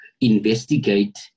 investigate